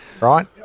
right